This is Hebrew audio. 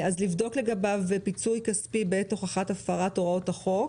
לבדוק לגביו פיצוי כספי בעת הוכחת הפרת הוראות החוק,